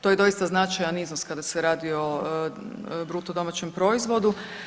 To je doista značajan iznos kada se radi o bruto domaćem proizvodu.